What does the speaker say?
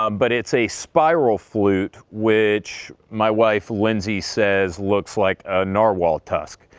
um but it's a spiral flute which my wife, lindsey, says, looks like a narwhal tusk.